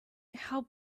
how